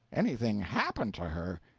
anything happened to her?